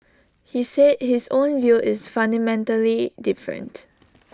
he said his own view is fundamentally different